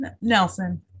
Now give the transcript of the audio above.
Nelson